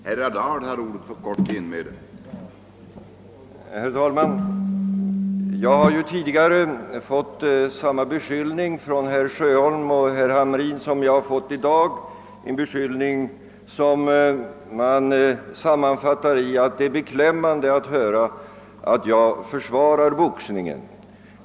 Herr talman! Jag har tidigare fått motta samma beskyllning från herr Sjöholm och herr Hamrin i Jönköping som jag har fått i dag, en beskyllning som man sammanfattar i att det är beklämmande att höra att jag försvarar boxningen.